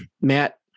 Matt